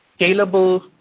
scalable